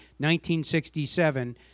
1967